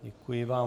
Děkuji vám.